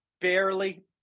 barely